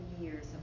years